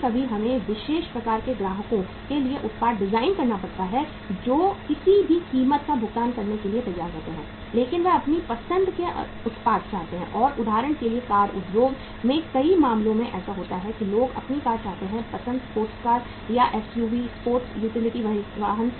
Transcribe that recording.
कभी कभी हमें विशेष प्रकार के ग्राहकों के लिए उत्पाद डिजाइन करना पड़ता है जो किसी भी कीमत का भुगतान करने के लिए तैयार होते हैं लेकिन वे अपनी पसंद का उत्पाद चाहते हैं और उदाहरण के लिए कार उद्योग में कई मामलों में ऐसा होता है कि लोग अपनी कार चाहते हैं पसंद स्पोर्ट्स कार या एसयूवी स्पोर्ट्स यूटिलिटी वाहन